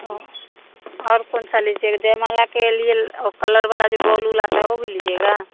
वह और कौन सा लीजिए जयमाला के लिए और कलर वाला जो बॉल उल आता है वह भी लीजिएगा